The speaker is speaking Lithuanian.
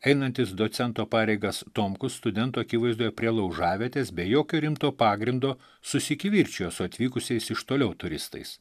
einantis docento pareigas tomkus studentų akivaizdoje prie laužavietės be jokio rimto pagrindo susikivirčijo su atvykusiais iš toliau turistais